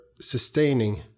sustaining